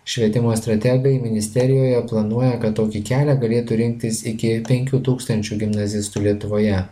švietimo strategai ministerijoje planuoja kad tokį kelią galėtų rinktis iki penkių tūkstančių gimnazistų lietuvoje